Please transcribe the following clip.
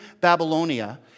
Babylonia